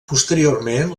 posteriorment